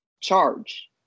charge